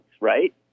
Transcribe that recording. right